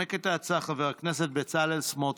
ינמק את ההצעה חבר הכנסת בצלאל סמוטריץ'.